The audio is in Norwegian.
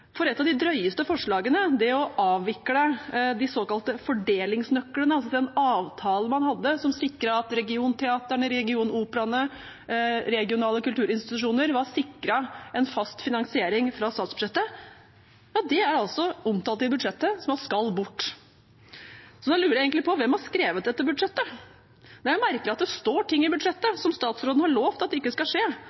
for et av de drøyeste forslagene var å avvikle de såkalte fordelingsnøklene, altså den avtalen man hadde som gjorde at regionteatrene, regionoperaene, regionale kulturinstitusjoner var sikret en fast finansiering fra statsbudsjettet. Dette er omtalt i budsjettet som om det skal bort. Jeg lurer på: Hvem har egentlig skrevet dette budsjettet? Det er merkelig at det står ting i budsjettet som statsråden har lovet ikke skal skje,